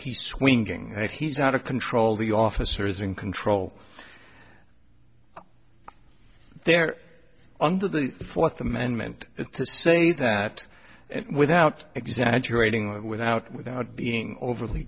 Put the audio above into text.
and he's out of control the officer is in control there under the fourth amendment to say that without exaggerating without without being overly